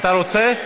אתה רוצה?